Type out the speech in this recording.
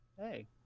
hey